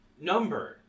number